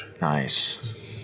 Nice